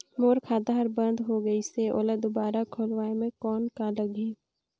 मोर खाता हर बंद हो गाईस है ओला दुबारा खोलवाय म कौन का लगही?